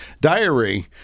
diary